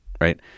right